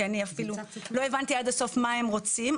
כי אני אפילו לא הבנתי עד הסוף מה הם רוצים.